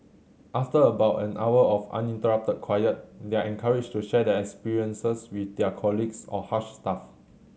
after about an hour of uninterrupted quiet they are encouraged to share their experiences with their colleagues or Hush staff